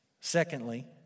Secondly